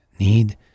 need